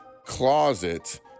Closet